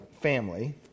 family